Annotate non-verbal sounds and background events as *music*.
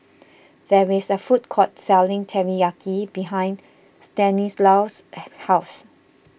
there is a food court selling Teriyaki behind Stanislaus' *noise* house